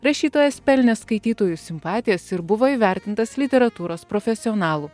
rašytojas pelnė skaitytojų simpatijas ir buvo įvertintas literatūros profesionalų